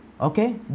Okay